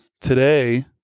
Today